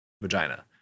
vagina